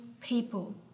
people